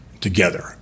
together